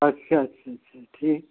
अच्छा अच्छा अच्छा ठीक है